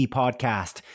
podcast